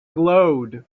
glowed